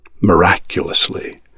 Miraculously